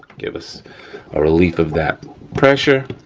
give us a relief of that pressure.